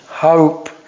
hope